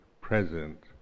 present